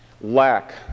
lack